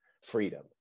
freedom